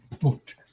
booked